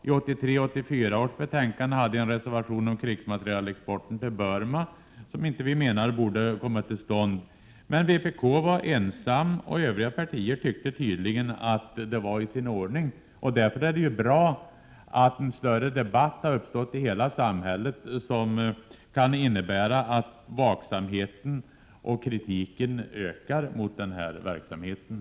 I 1983/84 års betänkande hade jag en reservation om krigsmaterielexport till Burma, som vi menade inte borde komma till stånd, men vpk var ensamt och övriga partier tyckte tydligen att den var i sin ordning. Därför är det ju bra att en större debatt nu har uppstått i hela samhället, vilket kan innebära att vaksamheten och kritiken mot verksamhet av detta slag ökar.